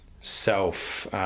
self